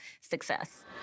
success